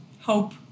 hope